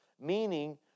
meaning